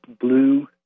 blue